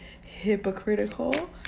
hypocritical